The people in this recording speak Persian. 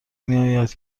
میآید